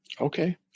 Okay